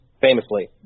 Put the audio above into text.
famously